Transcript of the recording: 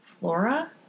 flora